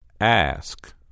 Ask